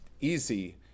easy